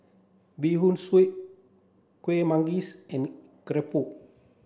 Bee Hoon Soup Kueh Manggis and Keropok